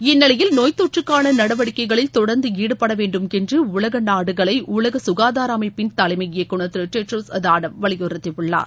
இந்நிலையில் நோய் தொற்றுக்கான நடவடிக்கைளில் தொடர்ந்து ஈடுபட வேண்டும் என்று உலக நாடுகளை உலக ககாதார அமைப்பின் தலைமை இயக்குநர் திரு டெட்ரோல் அதானம் வலியுறுத்தியுள்ளார்